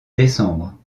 décembre